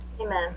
Amen